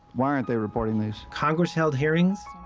why aren't they reporting these? congress held hearings,